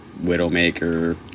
Widowmaker